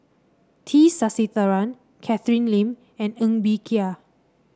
T Sasitharan Catherine Lim and Ng Bee Kia